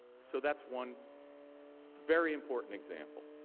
so that's one very important example.